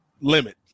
limit